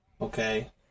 Okay